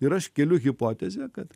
ir aš keliu hipotezę kad